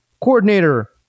coordinator